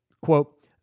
quote